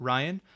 Ryan